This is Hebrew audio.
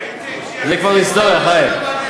מה יהיה, זה כבר היסטוריה, חיים.